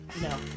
no